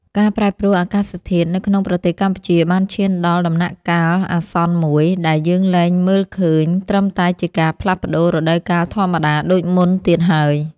ការប្រែប្រួលអាកាសធាតុនៅក្នុងប្រទេសកម្ពុជាបានឈានដល់ដំណាក់កាលអាសន្នមួយ ដែលយើងលែងមើលឃើញត្រឹមតែជាការផ្លាស់ប្តូររដូវកាលធម្មតាដូចមុនទៀតហើយ។